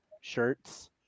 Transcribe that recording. Shirts